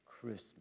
Christmas